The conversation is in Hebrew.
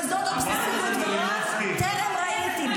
כזאת אובססיביות ורוע טרם ראיתי.